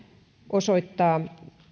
osoittaa että